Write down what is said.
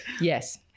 yes